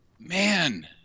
Man